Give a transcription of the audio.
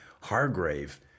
Hargrave